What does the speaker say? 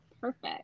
Perfect